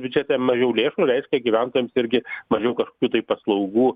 biudžete mažiau lėšų reiškia gyventojams irgi mažiau kažkokių tai paslaugų